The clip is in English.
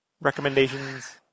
Recommendations